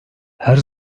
her